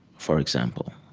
for example.